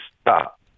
stop